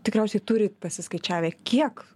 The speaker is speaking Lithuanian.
tikriausiai turit pasiskaičiavę kiek